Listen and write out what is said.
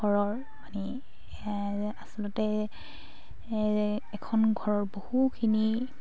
ঘৰৰ মানে আচলতে এখন ঘৰৰ বহুখিনি